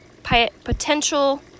potential